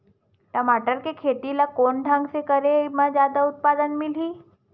टमाटर के खेती ला कोन ढंग से करे म जादा उत्पादन मिलही?